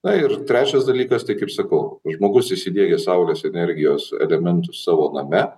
na ir trečias dalykas tai kaip sakau žmogus įsidiegęs saulės energijos elementus savo name